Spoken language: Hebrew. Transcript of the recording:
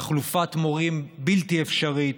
תחלופת מורים בלתי אפשרית,